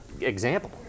example